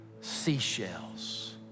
seashells